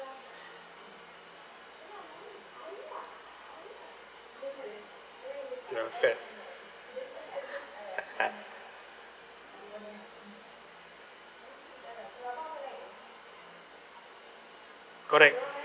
you're fat correct